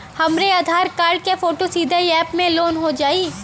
हमरे आधार कार्ड क फोटो सीधे यैप में लोनहो जाई?